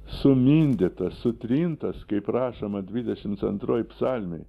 sumindytas sutrintas kaip rašoma dvidešimts antroj psalmėj